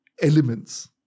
elements